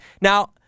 Now